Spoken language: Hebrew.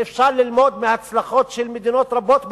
ואפשר ללמוד מהצלחות של מדינות רבות בעולם,